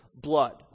blood